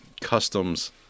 Customs